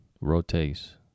rotates